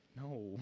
No